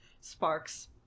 sparks